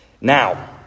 Now